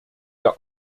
der